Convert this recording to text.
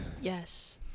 Yes